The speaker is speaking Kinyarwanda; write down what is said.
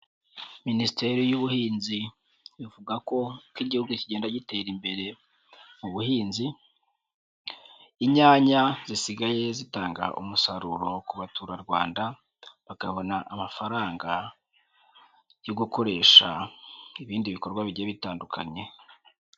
Minisiteri y'ubuhinzi ivuga ko uko igihugu kigenda gitera imbere mu buhinzi, inyanya zisigaye zitanga umusaruro ku baturarwanda bakabona amafaranga yo gukoresha ibindi bikorwa bigiye bitandukanye.